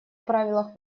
правилах